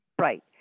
Right